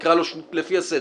אני אקרא לו לפי הסדר.